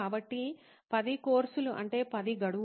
కాబట్టి 10 కోర్సులు అంటే 10 గడువు